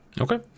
Okay